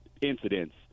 incidents